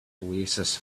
oasis